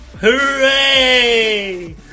Hooray